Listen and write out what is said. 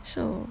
so